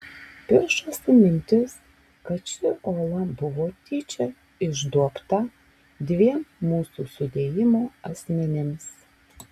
piršosi mintis kad ši ola buvo tyčia išduobta dviem mūsų sudėjimo asmenims